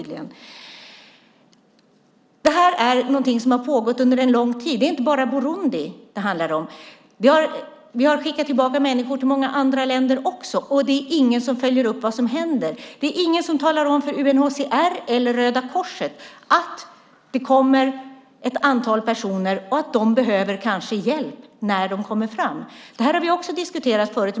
Det här är någonting som har pågått under en lång tid. Det handlar inte bara om Burundi. Vi har skickat tillbaka människor till många andra länder. Det är ingen som följer upp vad som händer. Det är ingen som talar om för UNHCR eller Röda Korset att det kommer ett antal personer och att de kanske behöver hjälp när de kommer fram. Det här har vi diskuterat förut.